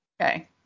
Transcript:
Okay